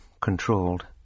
controlled